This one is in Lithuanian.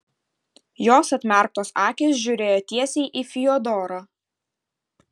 jos atmerktos akys žiūrėjo tiesiai į fiodorą